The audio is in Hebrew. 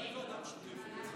משה, פנים.